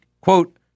quote